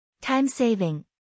Time-saving